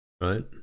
Right